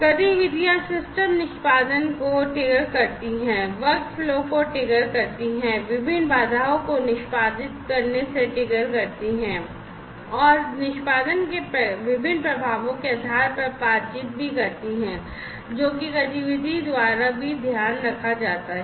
गतिविधियां सिस्टम निष्पादन को ट्रिगर करती हैं वर्कफ़्लो को ट्रिगर करती हैं विभिन्न बाधाओं को निष्पादित करने से ट्रिगर करती हैं और निष्पादन के विभिन्न प्रभावों के आधार पर बातचीत भी करती हैं जो कि गतिविधि द्वारा भी ध्यान रखा जाता है